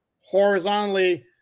horizontally